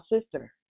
sister